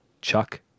Chuck